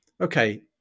Okay